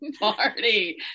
Party